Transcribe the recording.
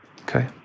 Okay